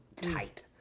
tight